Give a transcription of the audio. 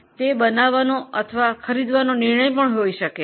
તે નફા આયોજન હોઈ શકે છે